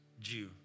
Jew